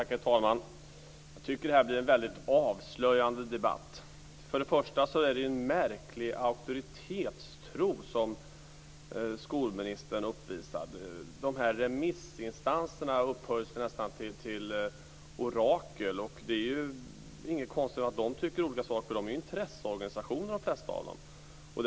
Herr talman! Jag tycker att det här blir en väldigt avslöjande debatt. Det är en märklig auktoritetstro som skolministern uppvisar. Remissinstanserna upphöjs nästan till orakel, och det är inte konstigt att de tycker olika saker, för de flesta av dem är ju intresseorganisationer.